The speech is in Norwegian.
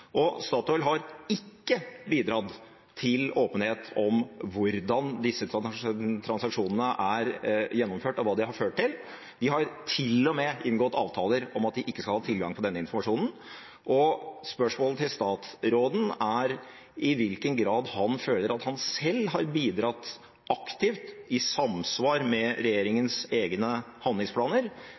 Statoil har ikke bidratt til åpenhet om hvordan disse transaksjonene er gjennomført og hva de har ført til. De har til og med inngått avtaler om at de ikke skal ha tilgang til denne informasjonen. Spørsmålet til statsråden er: I hvilken grad føler han at han selv har bidratt aktivt i samsvar med regjeringens egne handlingsplaner